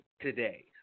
today